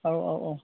औ औ औ